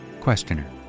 Questioner